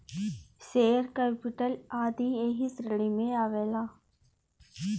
share capital आदी ऐही श्रेणी में आवेला